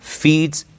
feeds